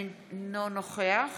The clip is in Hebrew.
אינו נוכח